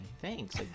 thanks